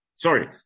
sorry